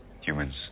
Humans